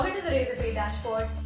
razorpay dashboard,